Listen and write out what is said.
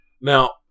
Now